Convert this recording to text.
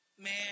Man